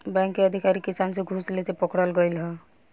bank के अधिकारी किसान से घूस लेते पकड़ल गइल ह